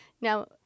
Now